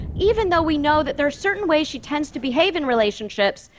even though we know that there are certain ways she tends to behave in relationships,